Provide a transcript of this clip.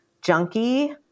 junkie